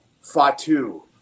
Fatu